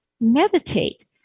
meditate